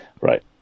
Right